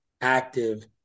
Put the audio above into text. active